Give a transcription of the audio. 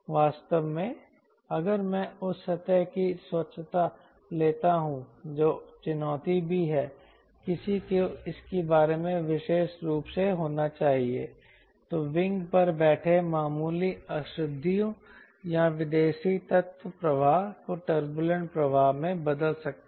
वास्तव में अगर मैं उस सतह की स्वच्छता लेता हूं जो एक चुनौती भी है कि किसी को इसके बारे में विशेष रूप से होना चाहिए तो विंग पर बैठे मामूली अशुद्धियों या विदेशी तत्व प्रवाह को टर्बूलेंट प्रवाह में बदल सकते हैं